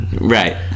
Right